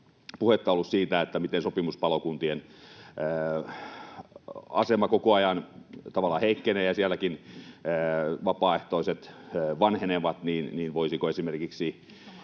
puhetta siitä, miten sopimuspalokuntien asema koko ajan tavallaan heikkenee ja sielläkin vapaaehtoiset vanhenevat, niin voisivatko esimerkiksi